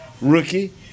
rookie